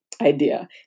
idea